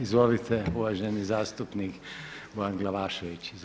Izvolite, uvaženi zastupnik Bojan Glavašević.